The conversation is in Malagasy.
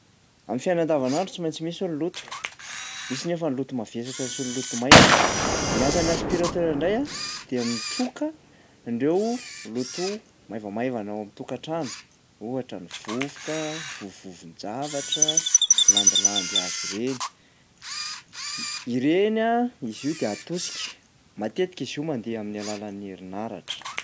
Amin'ny fiainana andavanandro tsy maintsy misy ny loto. Misy nefa ny loto mavesatra sy ny loto maivana. Ny asan'ny aspiratera ndray a dia mitroka an'ireo loto maivamaivana ao am'tokantrano ohatra ny vovoka, vovovovon-javatra, landilandihazo ireny. Ireny a- izy io de atosika, matetika izy io mandeha amin'ny alalan'ny herinaratra.